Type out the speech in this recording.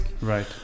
Right